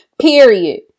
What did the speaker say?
period